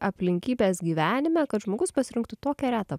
aplinkybės gyvenime kad žmogus pasirinktų tokią retą